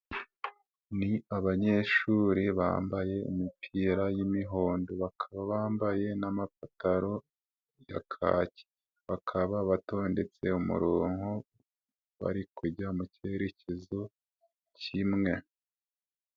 Ni abanyeshuri bambaye imipira y'imihondo bakaba bambaye n'amapantaro ya kake , bakaba batondetse umurongo bari kujya mu cyerekezo kimwe.